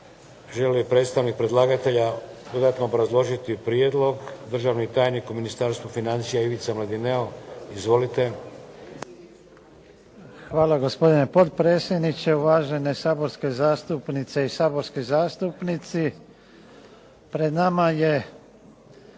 Hvala gospodine potpredsjedniče, uvažene saborske zastupnice i saborski zastupnici. Pred nama je